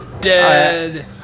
Dead